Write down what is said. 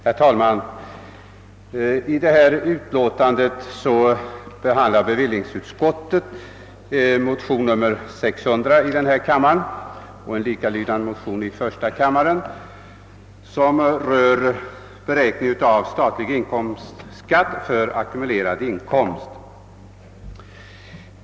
Herr talman! I detta betänkande behandlar bevillningsutskottet motionen nr 600 i denna kammare och en likalydande motion i första kammaren, vilka rör beräkning av statlig inkomstskatt för ackumulerad inkomst.